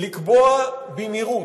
לקבוע במהירות,